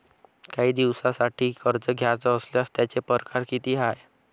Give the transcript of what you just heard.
कायी दिसांसाठी कर्ज घ्याचं असल्यास त्यायचे परकार किती हाय?